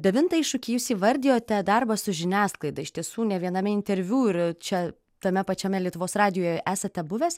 devintą iššūkį jūs įvardijote darbas su žiniasklaida iš tiesų ne viename interviu ir čia tame pačiame lietuvos radijuje esate buvęs